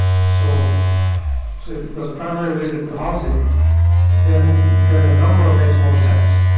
so so if it was primarily related to housing then then a number makes more sense